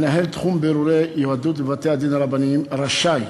מינהל תחום בירור יהדות בבתי-הדין הרבניים רשאי